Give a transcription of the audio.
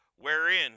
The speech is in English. Wherein